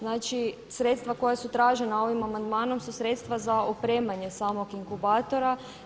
Znači sredstva koja su tražena ovim amandmanom su sredstva za opremanje samog inkubatora.